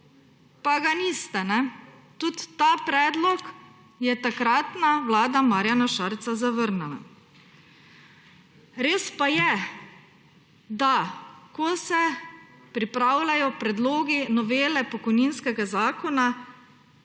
Pa ga niste. Tudi ta predlog je takratna vlada Marjana Šarca zavrnila. Res pa je, da ko se pripravljajo predlogi novele pokojninskega zakona,